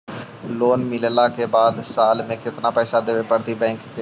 Loan मिलला के बाद साल में केतना पैसा देबे पड़तै बैक के?